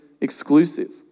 Exclusive